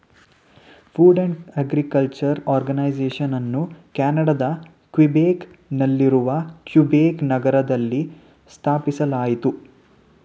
food and agriculture ಆರ್ಗನೈಸೇಷನನ್ನು ಕೆನಡಾದ Quebec ನಲ್ಲಿರುವ ಕ್ಯುಬೆಕ್ ನಗರದಲ್ಲಿ ಸ್ಥಾಪಿಸಲಾಯಿತು